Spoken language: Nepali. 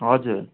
हजुर